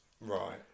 right